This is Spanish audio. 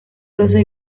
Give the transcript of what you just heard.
rosa